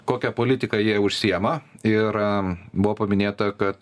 kokia politika jie užsiima ir buvo paminėta kad